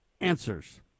answers